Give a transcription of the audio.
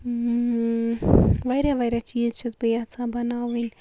واریاہ واریاہ چیٖز چھَس بہٕ یَژھان بَناوٕنۍ